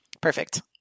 Perfect